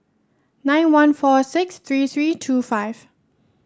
nine one four six three three two five